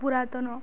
ପୁରାତନ